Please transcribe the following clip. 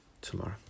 tomorrow